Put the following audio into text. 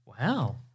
Wow